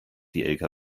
die